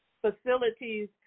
facilities